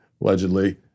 allegedly